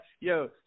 Yo